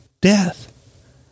death